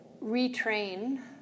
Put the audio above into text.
retrain